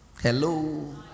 Hello